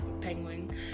Penguin